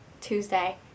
Tuesday